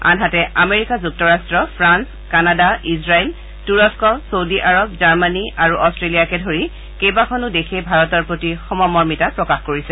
আনহাতে আমেৰিকা যুক্তৰাট্ট ফ্ৰাল কানাডা ইজৰাইল তুৰস্ক চৌদী আৰৱ জাৰ্মনী আৰু অট্টেলিয়াকে ধৰি কেইবাখনো দেশে ভাৰতৰ প্ৰতি সমমৰ্মিতা প্ৰকাশ কৰিছে